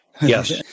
Yes